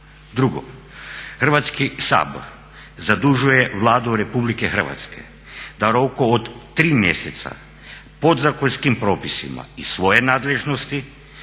2. Hrvatski sabor zadužuju Vladu Republike Hrvatske da u roku od 3 mjeseca podzakonskim propisima iz svoje nadležnosti